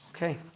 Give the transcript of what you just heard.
Okay